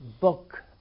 book